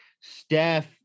Steph